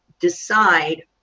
decide